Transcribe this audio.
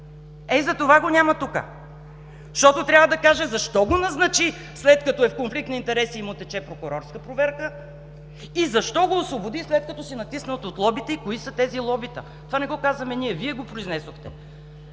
Е, затова го няма тук! Защото трябва да каже защо го назначи, след като е в конфликт на интереси и му тече прокурорска проверка и защо го освободи, след като си натиснат от лобита и кои са тези лобита. Това не го казваме ние, Вие го произнесохте